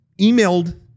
emailed